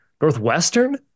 Northwestern